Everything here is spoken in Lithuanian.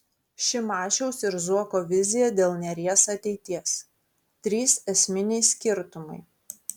šimašiaus ir zuoko vizija dėl neries ateities trys esminiai skirtumai